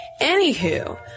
Anywho